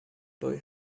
boy